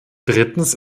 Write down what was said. drittens